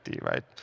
right